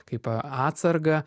kaip atsargą